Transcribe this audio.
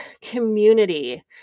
community